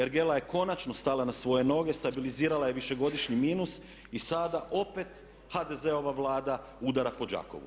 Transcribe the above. Ergela je konačno stala na svoje noge, stabilizirala je višegodišnji minus i sada opet HDZ-ova Vlada udara po Đakovu.